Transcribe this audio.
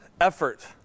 effort